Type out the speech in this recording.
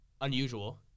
unusual